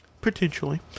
Potentially